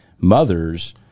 mothers